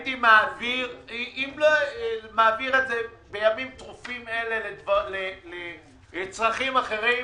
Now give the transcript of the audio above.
-- הייתי מעביר את זה בימים טרופים אלה לצרכים אחרים,